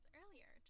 earlier